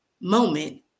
moment